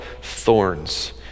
thorns